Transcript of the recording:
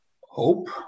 hope